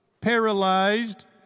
paralyzed